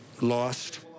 lost